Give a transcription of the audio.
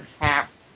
half